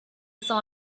saw